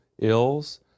ills